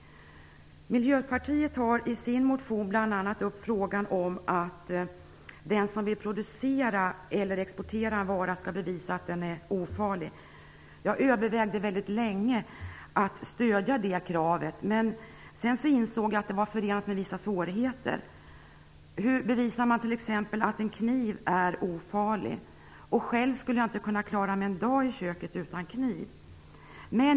Miljöpartiet tar i sin motion bl.a. upp frågan om att den som vill producera eller exportera en vara skall bevisa att den är ofarlig. Jag övervägde länge att stödja det kravet, men sedan insåg jag att det var förenat med vissa svårigheter. Hur bevisar man t.ex. att en kniv är ofarlig? Själv skulle jag inte kunna klara mig en dag i köket utan kniv.